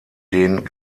den